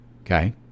okay